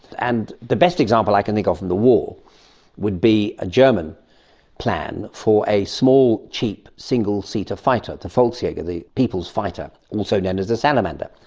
and the best example i can think of from the war would be a german plan for a small, cheap, single-seater fighter, the volksjager, the people's fighter, also known as a salamander.